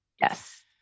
Yes